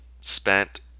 spent